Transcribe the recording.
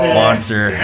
monster